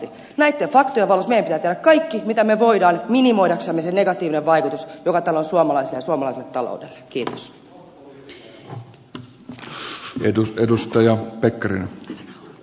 näitten faktojen valossa meidän pitää tehdä kaikki mitä me voimme minimoidaksemme sen negatiivisen vaikutuksen joka tällä on suomalaisiin ja suomalaiselle taloudelle